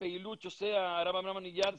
איך אתה תקום בשעה הזאת?